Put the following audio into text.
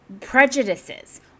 prejudices